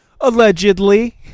Allegedly